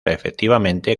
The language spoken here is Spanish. efectivamente